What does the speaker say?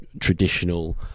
traditional